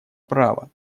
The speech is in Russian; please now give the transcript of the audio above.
права